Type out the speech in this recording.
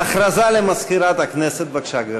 הודעה למזכירת הכנסת, בבקשה, גברתי.